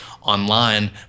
online